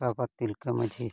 ᱵᱟᱵᱟ ᱛᱤᱞᱠᱟᱹ ᱢᱟᱹᱡᱷᱤ